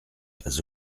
pas